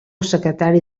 secretari